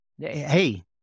Hey